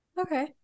Okay